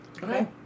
Okay